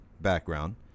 background